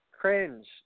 cringe